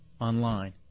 online